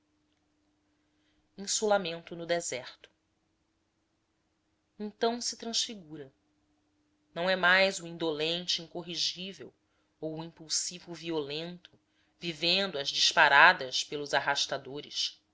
insulamento no deserto então se transfigura não é mais o indolente incorrigível ou o impulsivo violento vivendo às disparadas pelos arrastadores